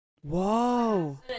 Whoa